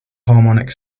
harmonic